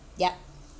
yup